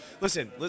listen